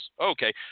Okay